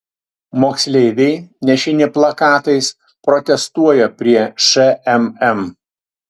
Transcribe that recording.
moksleiviai nešini plakatais protestuoja prie šmm